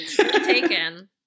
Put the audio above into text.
Taken